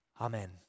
Amen